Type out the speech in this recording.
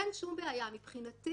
אין שום בעיה, מבחינתי